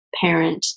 parent